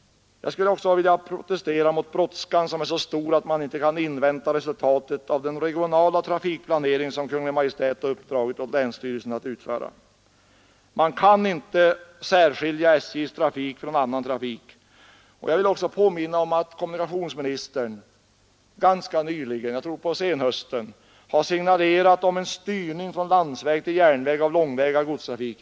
Jag vill också protestera mot brådskan som är så stor att man inte kan invänta resultatet av den regionala trafikplanering som Kungl. Maj:t har uppdragit åt länsstyrelsen att utföra. Man kan inte särskilja SJ:s trafik från annan trafik. Jag vill också påminna om att kommunikationsministern ganska nyligen, jag tror på senhösten, har signalerat om en styrning från landsväg till järnväg av den långväga godstrafiken.